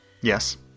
Yes